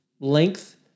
length